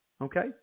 Okay